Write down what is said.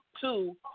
two